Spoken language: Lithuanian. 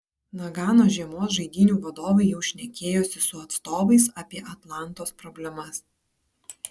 nagano žiemos žaidynių vadovai jau šnekėjosi su atstovais apie atlantos problemas